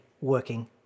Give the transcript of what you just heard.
working